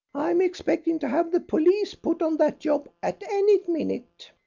i'm expecting to have the police put on that job at any minute.